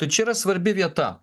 tai čia yra svarbi vieta